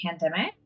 pandemic